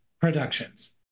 Productions